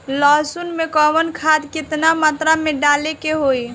लहसुन में कवन खाद केतना मात्रा में डाले के होई?